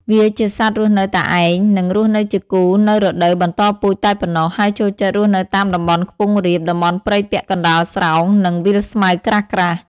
វាជាសត្វរស់នៅតែឯង និងរស់នៅជាគូនៅរដូវបន្តពូជតែប៉ុណ្ណោះ ហើយចូលចិត្តរស់នៅតាមតំបន់ខ្ពង់រាប តំបន់ព្រៃពាក់កណ្តាលស្រោង និងវាលស្មៅក្រាស់ៗ។